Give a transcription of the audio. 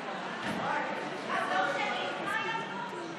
חזור שנית, מה היה פה?